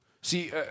See